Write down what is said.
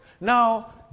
Now